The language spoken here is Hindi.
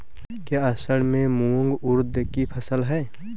क्या असड़ में मूंग उर्द कि फसल है?